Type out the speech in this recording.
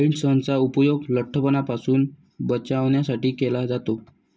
काइट्सनचा उपयोग लठ्ठपणापासून बचावासाठी केला जातो